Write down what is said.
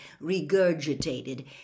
regurgitated